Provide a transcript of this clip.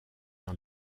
dans